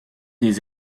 des